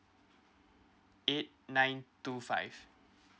eight nine two five